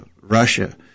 Russia